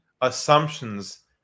assumptions